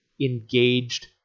engaged